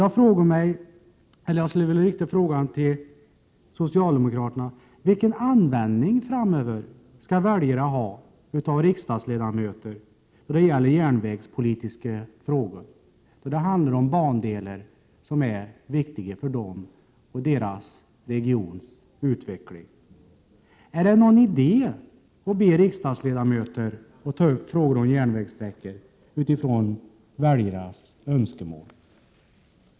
Jag skulle vilja ställa en fråga till socialdemokraterna: Vilken användning skall väljarna framöver ha av riksdagsledamöter då det gäller järnvägspolitiska frågor, bandelar som är viktiga för dem och deras regioners utveckling? Är det någon idé att be riksdagsledamöter att ta upp frågor om järnvägssträckor utifrån väljarnas önskemål?